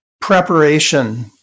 preparation